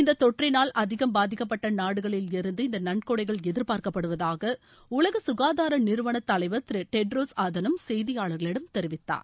இந்த தொற்றினால் அதிகம் பாதிக்கப்பட்ட நாடுகளிலிருந்து இந்த நன்கொடைகள் எதிர்பார்க்கப்படுவதாக உலக சுகாதார நிறுவன தலைவர் திரு டெட்ரோஸ் ஆதனோம் செய்தியாளர்களிடம் தெரிவித்தார்